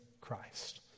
Christ